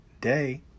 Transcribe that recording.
day